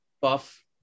buff